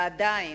ועדיין,